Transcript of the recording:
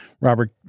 Robert